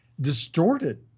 distorted